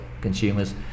consumers